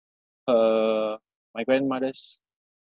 her my grandmother's